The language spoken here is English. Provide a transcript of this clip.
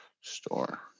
store